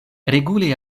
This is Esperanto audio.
regule